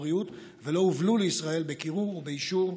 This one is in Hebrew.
הבריאות ולא הובלו לישראל בקירור ובאישור,